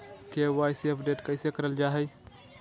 KYC update कैसे करल जाहै?